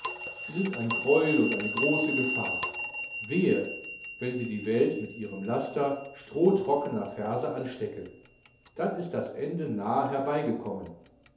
sie sind ein greuel und eine große gefahr wehe wenn sie die welt mit ihrem laster strohtrockener verse anstecken dann ist das ende nahe